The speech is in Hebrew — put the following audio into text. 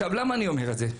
למה אני אומר את זה?